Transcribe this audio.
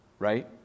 right